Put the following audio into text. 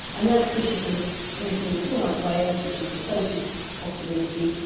and that pushes them into somewhere like wales which is the closest possibility,